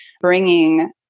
bringing